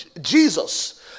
Jesus